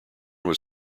was